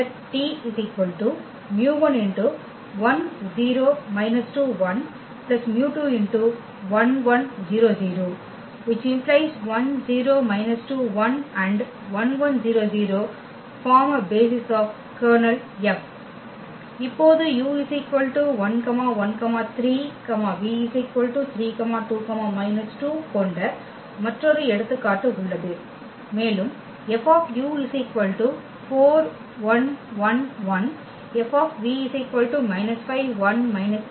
இப்போது u 113 v 32 −2 கொண்ட மற்றொரு எடுத்துக்காட்டு உள்ளது மேலும் F 4111 F −51 −33